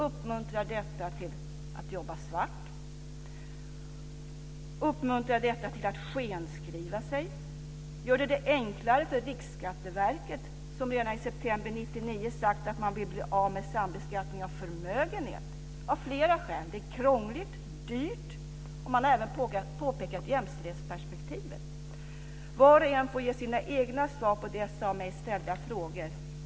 Uppmuntrar detta till att jobba svart? - Uppmuntrar detta till att skenskriva sig? - Gör detta det enklare för Riksskatteverket, som redan i september 1999 sagt att man av flera skäl vill bli av med sambeskattning av förmögenhet? Det är krångligt, dyrt och man har även påpekat jämställdhetsperspektivet. Var och en får ge sina egna svar på dessa av mig ställda frågor.